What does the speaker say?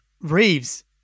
Reeves